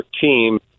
team